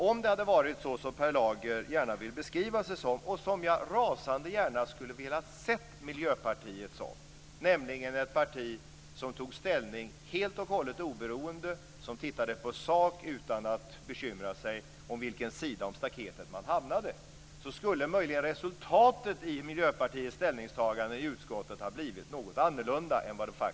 Om det hade varit så som Per Lager gärna beskriver det - och som jag rasande gärna skulle ha velat se Miljöpartiet - nämligen som ett parti som tog ställning helt och hållet oberoende, som tittade på sak utan att bekymra sig om på vilken sida av staketet man hamnade, skulle resultatet i Miljöpartiets ställningstagande i utskottet möjligen ha blivit något annorlunda.